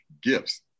gifts